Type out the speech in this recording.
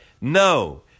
No